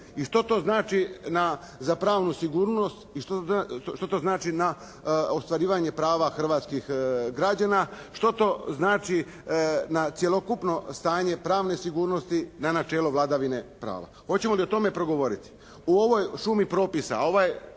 I što to znači za pravnu sigurnost i što to znači na ostvarivanje prava hrvatskih građana, što to znači na cjelokupno stanje pravne sigurnosti na načelo vladavine prava? Hoćemo li o tome progovoriti? U ovoj šumi propisa ovaj